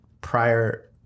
prior